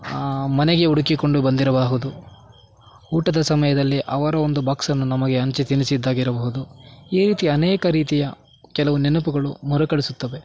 ಮನೆಗೆ ಹುಡುಕಿಕೊಂಡು ಬಂದಿರಬಹುದು ಊಟದ ಸಮಯದಲ್ಲಿ ಅವರ ಒಂದು ಬಾಕ್ಸನ್ನು ನಮಗೆ ಹಂಚಿ ತಿನ್ನಿಸಿದ್ದಾಗಿರಬಹುದು ಈ ರೀತಿಯ ಅನೇಕ ರೀತಿಯ ಕೆಲವು ನೆನಪುಗಳು ಮರುಕಳಿಸುತ್ತವೆ